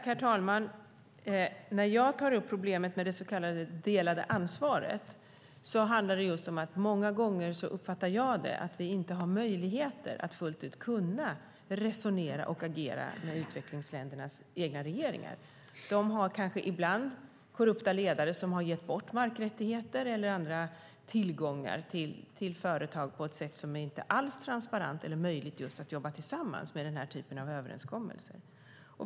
Herr talman! När jag tar upp problemet med det så kallade delade ansvaret handlar det just om att jag många gånger uppfattar det så att vi inte har möjligheter att fullt ut resonera och agera med utvecklingsländernas egna regeringar. De har kanske ibland korrupta ledare som har gett bort markrättigheter eller andra tillgångar till företag på ett sätt som inte alls är transparent eller där det inte är möjligt att jobba tillsammans med den här typen av överenskommelser.